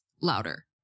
louder